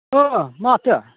अ माथो